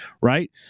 right